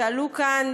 שעלו כאן